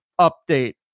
update